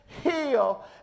heal